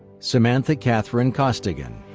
samantha catherine costigan,